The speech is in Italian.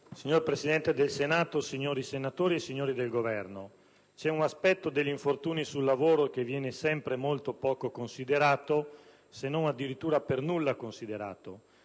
Signor Presidente del Senato, signori senatori, signori del Governo, c'è un aspetto degli infortuni sul lavoro che viene sempre molto poco, se non addirittura per nulla, considerato.